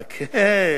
חכה, חכה.